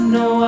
no